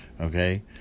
Okay